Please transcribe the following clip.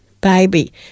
baby